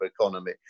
economy